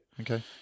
Okay